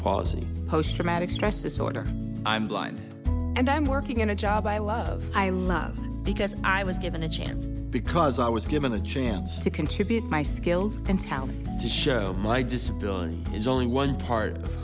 palsy post traumatic stress disorder i'm blind and i'm working in a job i love i love because i was given a chance because i was given the chance to contribute my skills and talents to show my disability is only one part